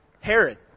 Herod